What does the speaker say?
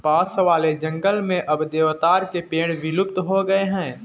पास वाले जंगल में अब देवदार के पेड़ विलुप्त हो गए हैं